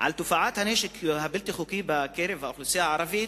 את תופעת הנשק הבלתי-חוקי בקרב האוכלוסייה הערבית.